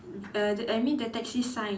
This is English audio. err I mean the taxi sign